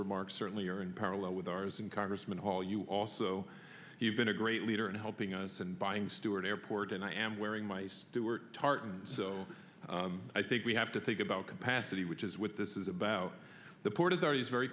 remarks certainly are in parallel with ours and congressman hall you also have been a great leader in helping us and buying stewart airport and i am wearing my stuart tartan so i think we have to think about capacity which is with this is about the port authority is very